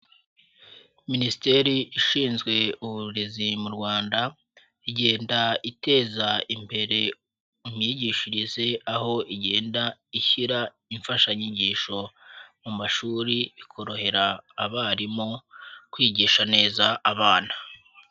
Minisiteri ishinzwe uburezi mu Rwanda igenda iteza imbere imyigishirize, aho igenda ishyira imfashanyigisho mu mashuri, bikorohera abarimu kwigisha neza abana.